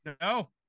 No